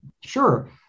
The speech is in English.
Sure